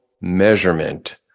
measurement